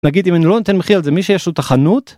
נגיד אם אני לא נותן מחיר על זה, מי שיש לו את החנות